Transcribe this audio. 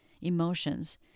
emotions